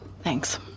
thanks